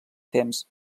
temps